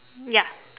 yup